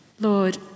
Lord